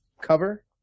cover